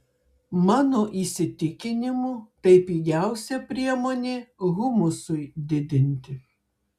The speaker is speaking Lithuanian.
mano įsitikinimu tai pigiausia priemonė humusui didinti